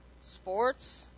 sports